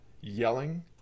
yelling